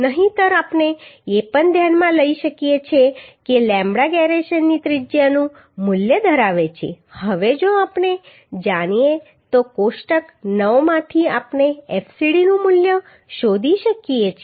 નહિંતર આપણે એ પણ ધ્યાનમાં લઈ શકીએ કે લેમ્બડા જીરેશનની ત્રિજ્યાનું મૂલ્ય ધરાવે છે હવે જો આપણે જાણીએ તો કોષ્ટક 9 માંથી આપણે fcd નું મૂલ્ય શોધી શકીએ છીએ